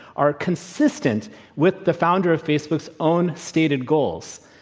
are consistent with the founder of facebook's own stated goals.